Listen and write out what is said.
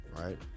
right